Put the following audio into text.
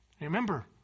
Remember